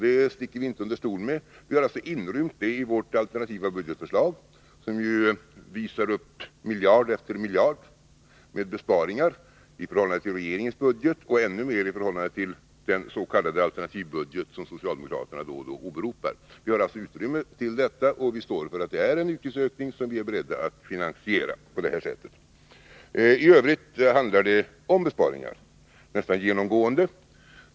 Det sticker vi inte under stol med. Vi har inrymt det i vårt alternativa budgetförslag, som visar upp miljard efter miljard med besparingar i förhållande till regeringens budget, och ännu mer i förhållande till den s.k. alternativbudget som socialdemokraterna då och då åberopar. Vi har alltså utrymme för detta, och vi står för att det är en utgiftsökning, men vi är beredda att finansiera den på det här sättet. I övrigt handlar det om besparingar nästan genomgående.